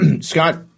Scott